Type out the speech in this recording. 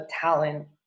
talent